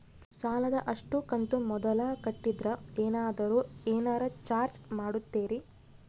ಸಾಲದ ಅಷ್ಟು ಕಂತು ಮೊದಲ ಕಟ್ಟಿದ್ರ ಏನಾದರೂ ಏನರ ಚಾರ್ಜ್ ಮಾಡುತ್ತೇರಿ?